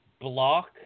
Block